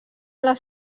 les